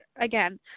again